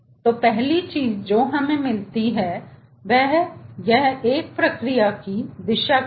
तो पहली चीज जो हमें मिलती है वह की एक प्रक्रिया दिशा क्या है